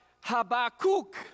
Habakkuk